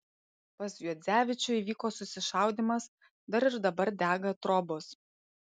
pas juodzevičių įvyko susišaudymas dar ir dabar dega trobos